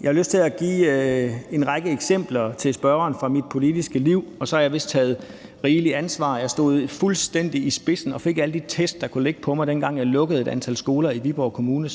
Jeg har lyst til at give spørgeren en række eksempler fra mit politiske liv, for jeg har vist taget rigeligt ansvar. Jeg stod fuldstændig i spidsen for det og fik alle de tæsk, der kunne ligge på mig, dengang jeg som udvalgsformand lukkede et antal skoler i Viborg Kommune.